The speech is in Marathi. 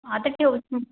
आता ठेवते